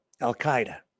Al-Qaeda